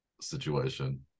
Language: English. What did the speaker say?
situation